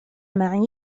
معي